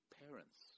parents